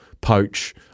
poach